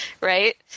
right